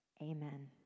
Amen